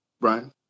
Brian